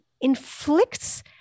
inflicts